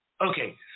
Okay